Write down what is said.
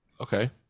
Okay